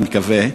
אני מקווה,